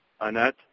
Annette